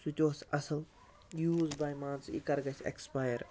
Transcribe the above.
سُہ تہِ اوس اَصٕل یوٗز باے مان ژٕ یہِ کر گَژھِ ایٚکٕسپایَر